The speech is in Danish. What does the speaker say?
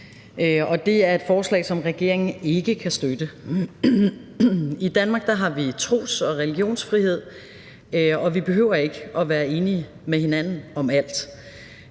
det er et forslag, som regeringen ikke kan støtte. I Danmark har vi tros- og religionsfrihed, og vi behøver ikke at være enige med hinanden om alt.